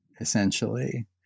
essentially